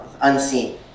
unseen